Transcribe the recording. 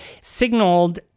signaled